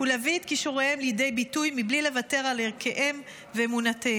ולהביא את כישוריהם לידי ביטוי בלי לוותר על ערכיהם ואמונותיהם.